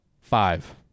five